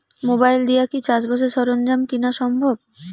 Mobile দিয়া কি চাষবাসের সরঞ্জাম কিনা সম্ভব?